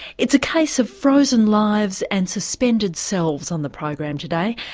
it's a case of frozen lives and suspended selves on the program today,